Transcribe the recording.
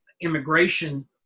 immigration